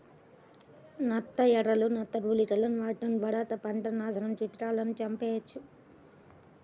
నత్త ఎరలు, నత్త గుళికలను వాడటం ద్వారా పంటని నాశనం కీటకాలను చంపెయ్యొచ్చు